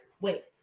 wait